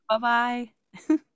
bye-bye